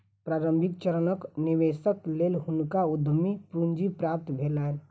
प्रारंभिक चरणक निवेशक लेल हुनका उद्यम पूंजी प्राप्त भेलैन